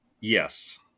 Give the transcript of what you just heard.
Yes